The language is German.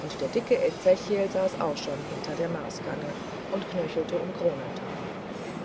und der dicke ezechiel saß auch schon hinter der maßkanne und knöchelte um